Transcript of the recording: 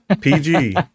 PG